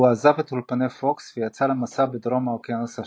והוא עזב את אולפני פוקס ויצא למסע בדרום האוקיינוס השקט.